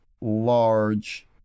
large